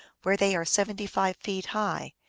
where they are seventy-five feet high.